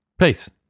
peace